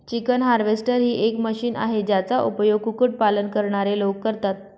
chicken harvester ही एक machine आहे, ज्याचा उपयोग कुक्कुट पालन करणारे लोक करतात